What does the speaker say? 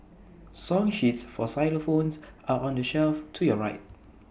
song sheets for xylophones are on the shelf to your right